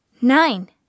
Nine